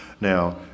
Now